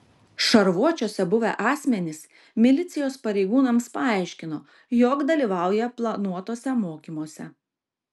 šarvuočiuose buvę asmenys milicijos pareigūnams paaiškino jog dalyvauja planuotuose mokymuose